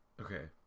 Okay